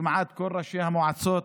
כמעט כל ראשי המועצות,